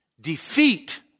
Defeat